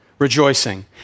Rejoicing